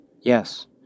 Yes